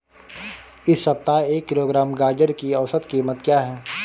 इस सप्ताह एक किलोग्राम गाजर की औसत कीमत क्या है?